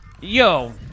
yo